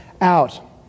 out